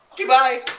goodbye!